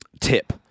tip